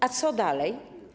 A co dalej?